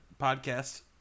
podcast